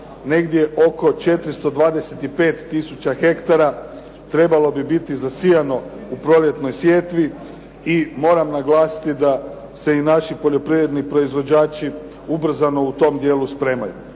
negdje oko 425 tisuća hektara trebalo bi biti zasijano u proljetnoj sjetvi i moram naglasiti da se i naši poljoprivredni proizvođači ubrzano u tom dijelu spremaju.